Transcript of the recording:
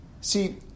see